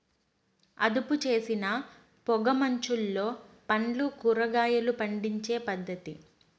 అదుపుచేసిన పొగ మంచులో పండ్లు, కూరగాయలు పండించే పద్ధతి